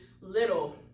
little